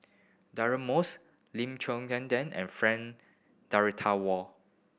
Deirdre Moss Lim Quee and Frank Dorrington Ward